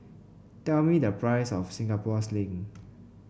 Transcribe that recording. tell me the price of Singapore Sling